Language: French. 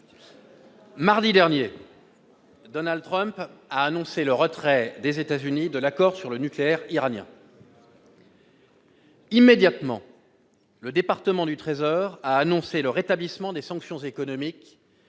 Mardi dernier, Donald Trump a annoncé le retrait des États-Unis de l'accord sur le nucléaire iranien. Immédiatement, le département du Trésor a annoncé le rétablissement, sous trois